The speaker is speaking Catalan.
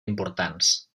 importants